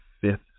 fifth